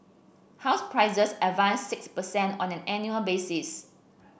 house prices advanced six per cent on an annual basis